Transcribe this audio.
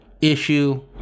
issue